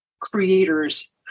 creators